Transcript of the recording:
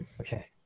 okay